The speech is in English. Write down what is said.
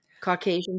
Caucasian